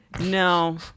No